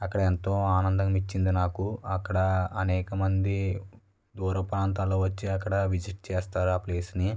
అక్కడ ఎంతో ఆనందం ఇచ్చింది నాకు అక్కడ అనేకమంది దూర ప్రాంతాలు వచ్చి అక్కడ విసిట్ చేస్తారు ఆ ప్లేస్ని